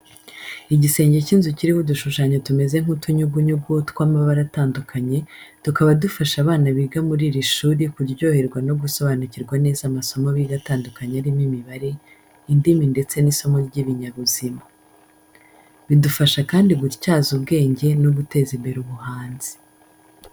Igisenge cy'inzu kiriho udushushanyo tumeze nk'utunyugunyugu tw'amabara atandukanye, tukaba dufasha abana biga muri iri shuri kuryoherwa no gusobanukirwa neza amasomo biga atandukanye arimo imibare, indimi ndetse n'isomo ry'ibinyabuzima. Bidufasha kandi gutyaza ubwenge no guteza imbere ubuhanzi.